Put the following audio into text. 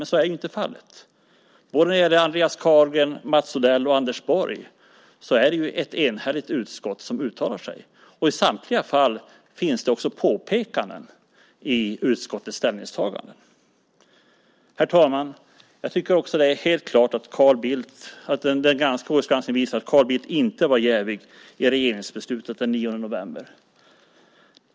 Men så är inte fallet. Både när det gäller Andreas Carlgren, Mats Odell och Anders Borg är det ett enhälligt utskott som uttalar sig, och i samtliga fall finns det också påpekanden i utskottets ställningstagande. Herr talman! Jag tycker att det är helt klart att KU:s granskning visar att Carl Bildt inte var jävig i regeringsbeslutet den 9 november.